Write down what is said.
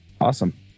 Awesome